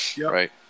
Right